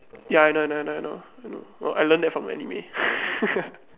ya I know I know I know I know I learn that from anime